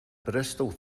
bristol